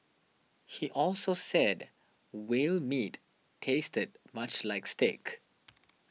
he also said whale meat tasted much like steak